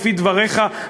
לפי דבריך,